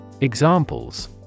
Examples